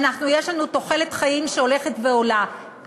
יש אצלנו תוחלת חיים שהולכת ועולה,